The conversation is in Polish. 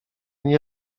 nie